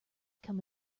come